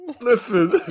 Listen